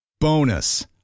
Bonus